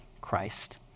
Christ